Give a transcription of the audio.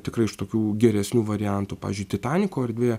tikrai iš tokių geresnių variantų pavyzdžiui titaniko erdvė